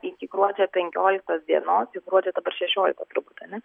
iki gruodžio penkioliktos dienos jau gruodžio dabar šešiolikta turbūt ane